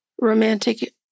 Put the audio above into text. romantic